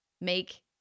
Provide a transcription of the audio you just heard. make